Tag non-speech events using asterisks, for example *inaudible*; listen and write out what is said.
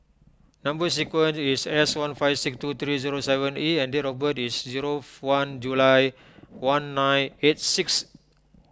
Number Sequence is S one five six two three zero seven E and date of birth is zero *unintelligible* one July one nine eight six